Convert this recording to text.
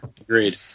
Agreed